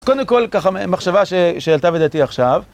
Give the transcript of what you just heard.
קודם כל, ככה, מחשבה שעלתה בדעתי עכשיו.